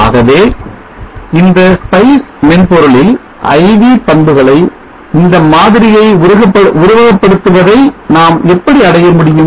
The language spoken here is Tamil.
ஆகவே இந்த spice மென்பொருளில் I V பண்புகளை இந்த மாதிரியை உருவகப்படுத்துவதை நாம் எப்படி அடைய முடியும்